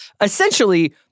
essentially